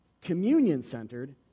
communion-centered